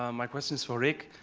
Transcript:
um my question is for rick.